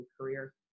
career